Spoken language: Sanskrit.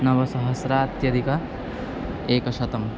नवसहस्राधिक एकशतम्